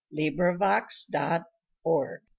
LibriVox.org